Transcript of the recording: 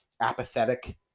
apathetic